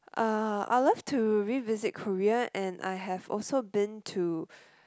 uh I'll love to revisit Korea and I have also been to